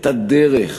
את הדרך,